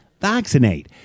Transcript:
vaccinate